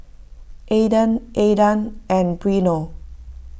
Adan Aidan and Brennon